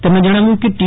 તેમણે જણાવ્યુ કે ટી